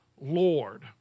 Lord